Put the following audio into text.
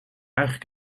eigenlijk